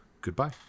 goodbye